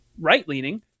right-leaning